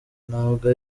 ntabwo